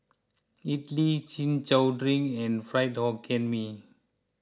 Idly Chin Chow Drink and Fried Hokkien Mee